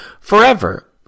forever